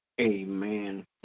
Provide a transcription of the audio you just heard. Amen